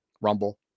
Rumble